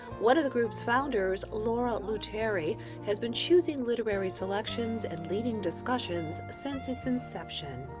one of the group's founders laura luteri has been choosing literary selections and leading discussions since its inception.